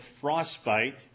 frostbite